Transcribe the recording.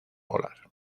volar